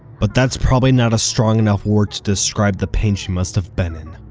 but that's probably not a strong enough word to describe the pain she must have been in,